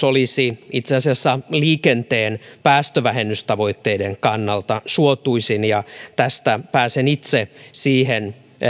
olisi itse asiassa liikenteen päästövähennystavoitteiden kannalta suotuisin ja tästä pääsen itse